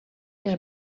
les